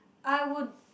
I would